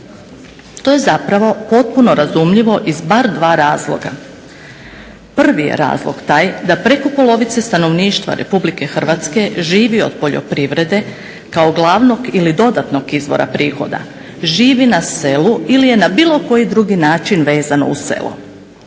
To je zapravo potpuno razumljivo iz bar dva razloga. Prvi je razlog taj da preko polovice stanovništva RH živi od poljoprivrede kao glavnog ili dodatnog izvora prihoda, živi na selu ili je na bilo koji drugi način vezano uz selo.